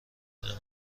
اینقدر